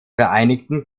vereinigten